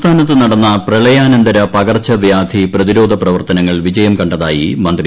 സംസ്ഥാനത്ത് നടന്ന പ്രളയാനന്തര പകർച്ചവൃാധി പ്രതിരോധ പ്രവർത്തനങ്ങൾ വിജയം കണ്ടതായി മന്ത്രി